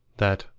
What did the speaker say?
that,